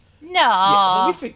No